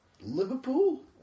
Liverpool